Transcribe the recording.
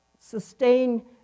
sustain